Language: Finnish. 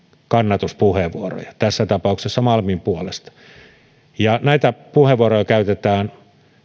kannatuspuheenvuoroja tässä tapauksessa malmin puolesta ja näitä puheenvuoroja käytetään